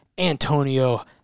Antonio